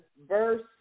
verse